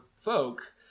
folk